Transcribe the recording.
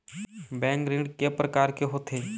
Bank ऋण के प्रकार के होथे?